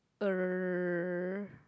uh